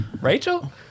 Rachel